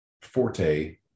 Forte